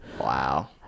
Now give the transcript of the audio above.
Wow